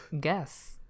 guess